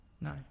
no